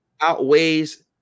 outweighs